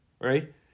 right